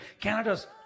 canada's